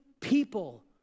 people